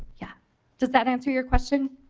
yeah does that answer your question?